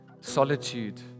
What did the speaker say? solitude